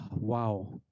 wow